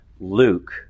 Luke